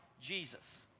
Jesus